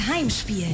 Heimspiel